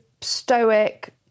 stoic